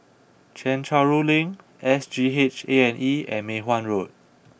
Chencharu Link S G H A and E and Mei Hwan Road